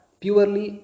purely